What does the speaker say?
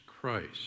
Christ